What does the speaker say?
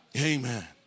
Amen